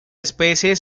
especie